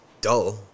dull